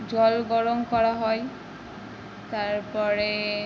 জল গরম করা হয় তারপরে